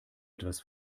etwas